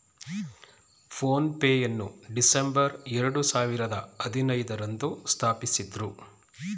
phone pay ಯನ್ನು December ಎರಡು ಸಾವಿರದ ಹದಿನೈದು ರಂದು ಸ್ಥಾಪಿಸಿದ್ದ್ರು